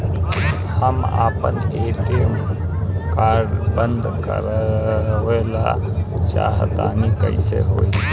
हम आपन ATM card बंद करावल चाह तनि कइसे होई?